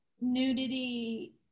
nudity